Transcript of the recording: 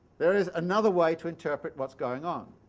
there is another way to interpret what's going on.